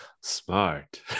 smart